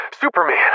Superman